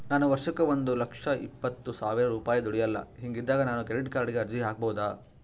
ನಾನು ವರ್ಷಕ್ಕ ಒಂದು ಲಕ್ಷ ಇಪ್ಪತ್ತು ಸಾವಿರ ರೂಪಾಯಿ ದುಡಿಯಲ್ಲ ಹಿಂಗಿದ್ದಾಗ ನಾನು ಕ್ರೆಡಿಟ್ ಕಾರ್ಡಿಗೆ ಅರ್ಜಿ ಹಾಕಬಹುದಾ?